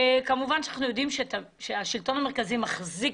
כמובן שאנחנו יודעים שהשלטון המרכזי מחזיק